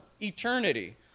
eternity